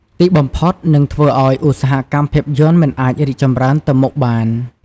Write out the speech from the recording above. ទីបំផុតនឹងធ្វើឱ្យឧស្សាហកម្មភាពយន្តមិនអាចរីកចម្រើនទៅមុខបាន។